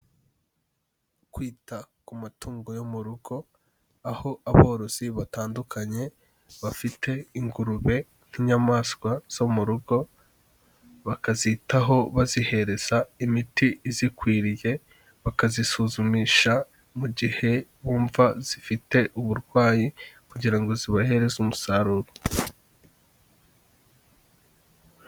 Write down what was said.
Kwita ku matungo yo mu rugo, aho aborozi batandukanye bafite ingurube nk'inyamaswa zo mu rugo, bakazitaho bazihereza imiti izikwiriye, bakazisuzumisha mu gihe bumva zifite uburwayi kugira ngo zibahereze umusaruro.